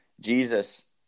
Jesus